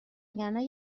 وگرنه